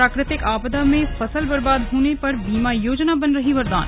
प्राकृतिक आपदा में फसल बर्बाद होने पर बीमा योजना बन रही वरदान